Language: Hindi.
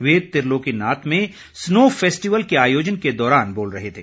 वे त्रिलोकीनाथ में स्नो फैस्टिवल के आयोजन के दौरान बोल रहे थे